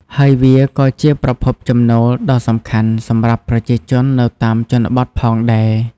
ហើយវាក៏ជាប្រភពចំណូលដ៏សំខាន់សម្រាប់ប្រជាជននៅតាមជនបទផងដែរ។